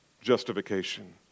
justification